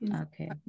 okay